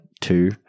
two